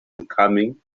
becoming